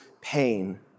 pain